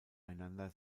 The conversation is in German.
einander